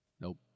Nope